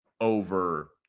over